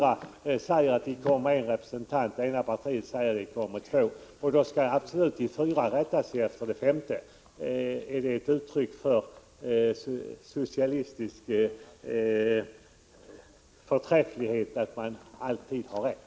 Fyra av dem säger att de kommer att ha en representant i debatten, och det femte partiet säger att det kommer att ha två. Då menar Lars Hedfors att de fyra partierna absolut skall rätta sig efter det femte. Är det ett uttryck för socialistisk förträfflighet att alltid tycka att man har rätt?